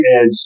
edge